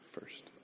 first